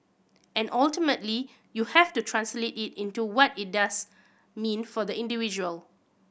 and ultimately you have to translate it into what it does mean for the individual